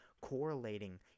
correlating